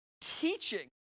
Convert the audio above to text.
teaching